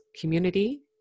Community